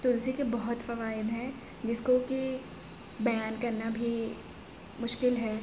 تلسی کے بہت فوائد ہیں جس کو کہ بیان کرنا بھی مشکل ہے